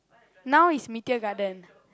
now is Meteor Garden